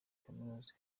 kaminuza